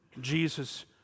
Jesus